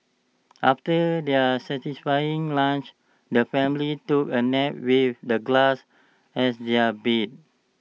after their satisfying lunch the family took A nap with the grass as their bed